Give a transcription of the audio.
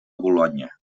bolonya